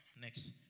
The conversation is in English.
next